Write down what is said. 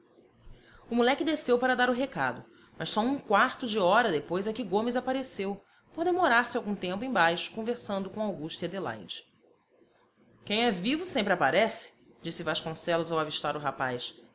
o moleque desceu para dar o recado mas só um quarto de hora depois é que gomes apareceu por demorar-se algum tempo em baixo conversando com augusta e adelaide quem é vivo sempre aparece disse vasconcelos ao avistar o rapaz